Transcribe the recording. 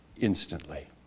instantly